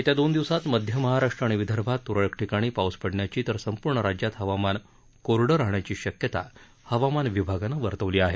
येत्या दोन दिवसात मध्य महाराष्ट्र आणि विदर्भात तुरळक ठिकाणी पाऊस पडण्याची तर संपूर्ण राज्यात हवामान कोरडं राहण्याची शक्यता हवामान विभागानं वर्तवली आहे